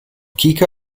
kika